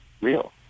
real